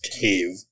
cave